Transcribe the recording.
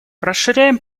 расширяем